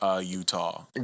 Utah